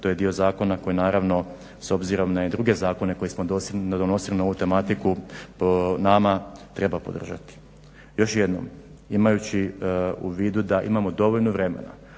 to je dio zakona koji naravno s obzirom i na druge zakone koje smo donosili na ovu tematiku nama treba podržati. Još jednom, imajući u vidu da imamo dovoljno vremena